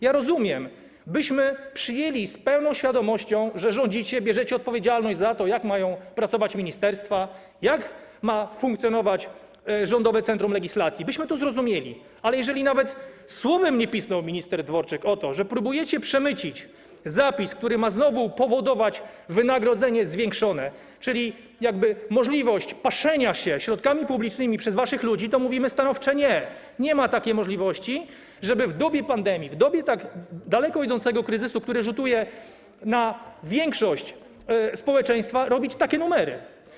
Ja rozumiem, byśmy przyjęli z pełną świadomością, że rządzicie, bierzecie odpowiedzialność za to, jak mają pracować ministerstwa, jak ma funkcjonować Rządowe Centrum Legislacji, byśmy to zrozumieli, ale jeżeli nawet słowem nie pisnął minister Dworczyk o tym, że próbujecie przemycić zapis, który ma znowu powodować zwiększone wynagrodzenie, czyli jakby możliwość pasienia się środkami publicznymi przez waszych ludzi, to mówimy stanowcze nie, nie ma takiej możliwości, żeby w dobie pandemii, w dobie tak daleko idącego kryzysu, który rzutuje na większość społeczeństwa, robić takie numery.